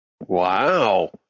Wow